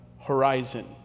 horizon